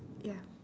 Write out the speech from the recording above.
ya